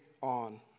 on